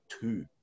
two